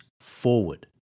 forward